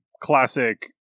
classic